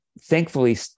thankfully